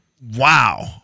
Wow